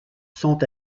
sont